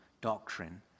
doctrine